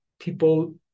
People